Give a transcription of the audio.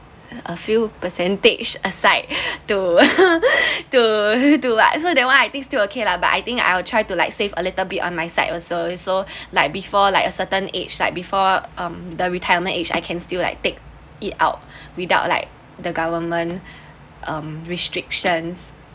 a few percentage aside to to do what so that one I think still okay lah but I think I will try to like save a little bit on my side also so like before like a certain age like before um the retirement age I can still like take it out without like the government um restrictions